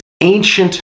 ancient